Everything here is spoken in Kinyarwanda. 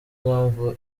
mpamvu